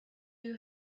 you